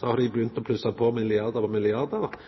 har dei no begynt å